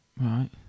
right